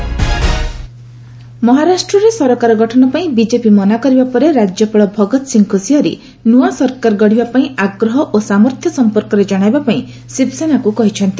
ମହା gov formation ମହାରାଷ୍ଟ୍ରରେ ସରକାର ଗଠନ ପାଇଁ ବିଜେପି ମନା କରିବା ପରେ ରାଜ୍ୟପାଳ ଭଗତ ସିଂ ଖୁଶିଆରୀ ନୂଆ ସରକାର ଗଢ଼ିବା ପାଇଁ ଆଗ୍ରହ ଓ ସାମର୍ଥ୍ୟ ସଂପର୍କରେ ଜଣାଇବା ପାଇଁ ଶିବସେନାକୁ କହିଛନ୍ତି